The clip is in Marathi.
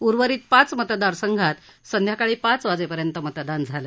उर्वरित पाच मतदारसंघात सायंकाळी पाच वाजेपर्यंत मतदान झालं